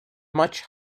much